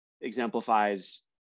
exemplifies